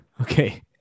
Okay